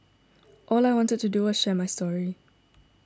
all I wanted to do was to share my story